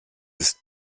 ist